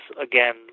again